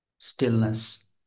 Stillness